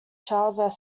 charles